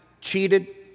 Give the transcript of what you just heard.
cheated